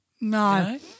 No